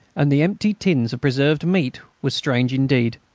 and the empty tins of preserved meat was strange indeed.